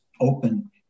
open